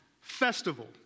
festival